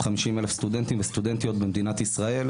חמישים אלף סטודנטים וסטודנטיות בישראל,